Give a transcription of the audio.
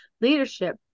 leadership